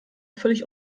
völlig